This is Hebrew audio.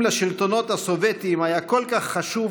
אם לשלטונות הסובייטיים היה כל כך חשוב